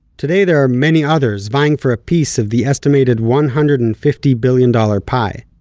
today there are many others, vying for a piece of the estimated one-hundred-and-fifty billion dollar pie.